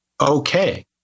okay